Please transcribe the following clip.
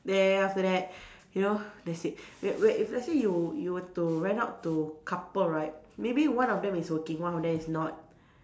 then after that you know that's it w~ w~ let's say you you were to rent out to couple right maybe one of them is working one of them is not